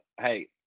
hey